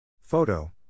Photo